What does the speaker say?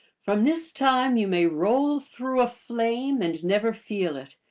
from this time you may roll through a flame and never feel it,